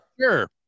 Sure